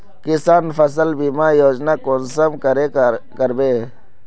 किसान फसल बीमा योजना कुंसम करे करबे?